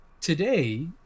Today